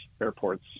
airports